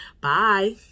Bye